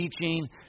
teaching